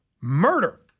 Murder